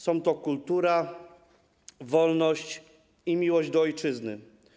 Są to kultura, wolność i miłość do ojczyzny.